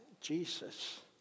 Jesus